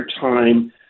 time